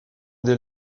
des